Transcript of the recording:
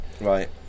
Right